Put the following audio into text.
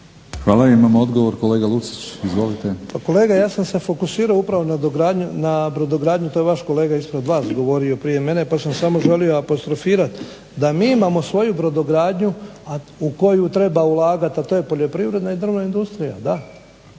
Hvala. Imamo odgovor kolega Lucić. Izvolite. **Lucić, Franjo (HDZ)** Kolega ja sam se fokusirao upravo na brodogradnju to je vaš kolega ispred vas govorio prije mene pa sam samo želio apostrofirati da mi imamo svoju brodogradnju u koju treba ulagati, a to je poljoprivredna i drvna industrija,